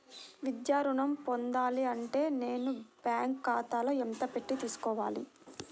విద్యా ఋణం పొందాలి అంటే నేను బ్యాంకు ఖాతాలో ఎంత పెట్టి తీసుకోవాలి?